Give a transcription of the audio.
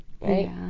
right